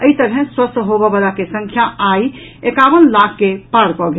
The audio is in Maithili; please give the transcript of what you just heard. एहि तरहैं स्वस्थ होबयवला के संख्या आई एकावन लाख के पार कऽ गेल